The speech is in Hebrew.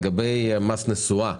לגבי מס נסועה,